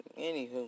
anywho